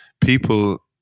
people